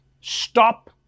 Stop